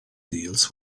deals